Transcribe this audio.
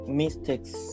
mistakes